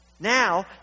Now